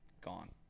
gone